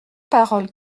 parole